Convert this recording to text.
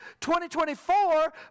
2024